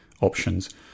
options